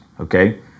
okay